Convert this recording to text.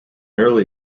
early